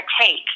take